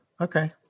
Okay